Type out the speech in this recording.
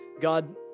God